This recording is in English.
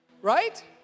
right